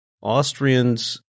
Austrians